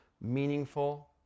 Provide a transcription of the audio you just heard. meaningful